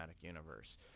Universe